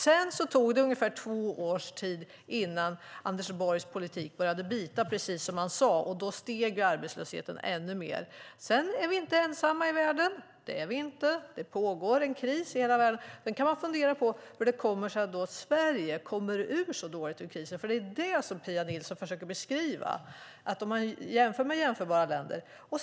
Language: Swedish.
Sedan tog det ungefär två år innan Anders Borgs politik började bita, precis som man sade, och då steg arbetslösheten ännu mer. Sedan är vi inte ensamma i världen. Det pågår en kris i hela världen. Men man kan fundera på hur det kommer sig att Sverige har så svårt att komma ur krisen i förhållande till jämförbara länder. Det är ju detta som Pia Nilsson försöker beskriva.